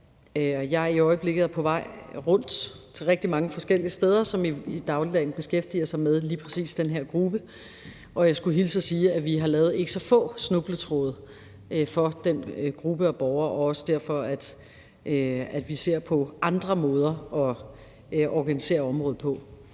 Jeg er i øjeblikket på vej rundt til rigtig mange forskellige steder, som i dagligdagen beskæftiger sig med lige præcis den her gruppe. Jeg skulle hilse og sige, at vi har lavet ikke så få snubletråde for den gruppe af borgere. Det er også derfor, at vi ser på andre måder at organisere området på.